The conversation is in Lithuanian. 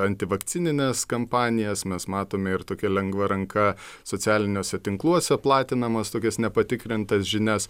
antivakcinines kampanijas mes matome ir tokia lengva ranka socialiniuose tinkluose platinamas tokias nepatikrintas žinias